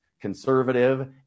conservative